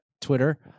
twitter